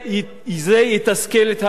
זה יתסכל את האנשים,